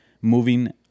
moving